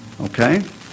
Okay